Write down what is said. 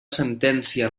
sentència